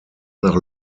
nach